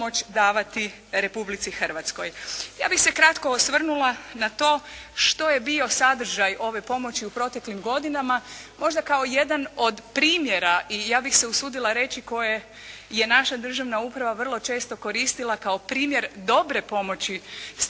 Ja bih se kratko osvrnula na to što je bio sadržaj ove pomoći u proteklim godinama. Možda kao jedan od primjera i ja bih se usudila reći koje je naša državna uprava vrlo često koristila kao primjer dobre pomoći, strane